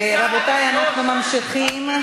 רבותי, אנחנו ממשיכים.